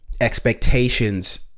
expectations